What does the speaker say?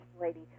lady